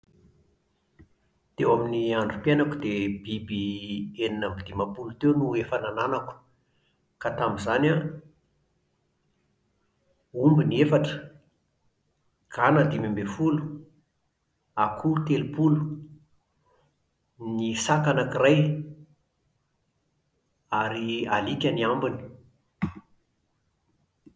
Teo amin'ny androm-piainako dia biby enina ambidimampolo teo no efa nananako, ka tamin'izany an omby ny efatra, gana dimiambinifolo, akoho telopolo, ny saka anankiray, ary alika ny ambiny